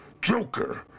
Joker